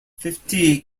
fifty